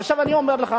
עכשיו אני אומר לך,